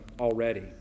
already